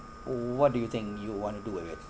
what do you think you want to do with it